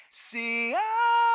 see